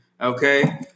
Okay